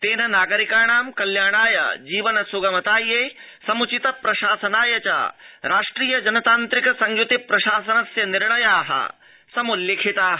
तेन नागरिकाणा कल्याणाय जीवन स्गमतायै सम्चित प्रशासनाय च राष्ट्रिय जनतांत्रिक संयुति प्रशासनस्य निर्णयाः सविस्तरं समुल्लिखिताः